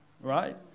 right